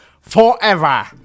forever